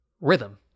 Rhythm